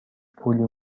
پولی